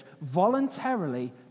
voluntarily